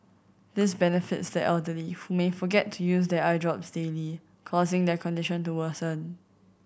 this benefits the elderly who may forget to use their eye drops daily causing their condition to worsen